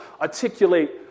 articulate